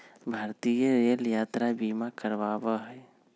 भारतीय रेल यात्रा बीमा करवावा हई